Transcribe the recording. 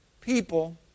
people